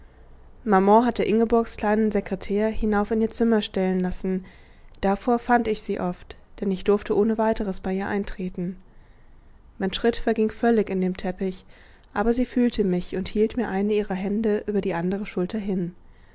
maman hatte ingeborgs kleinen sekretär hinauf in ihr zimmer stellen lassen davor fand ich sie oft denn ich durfte ohne weiteres bei ihr eintreten mein schritt verging völlig in dem teppich aber sie fühlte mich und hielt mir eine ihrer hände über die andere schulter hin